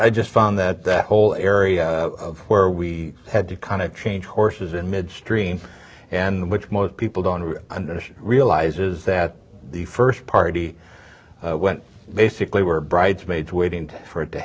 i just found that that whole area where we had to kind of change horses in midstream and which most people don't realize is that the first party went basically were bridesmaids waiting for it to